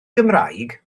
gymraeg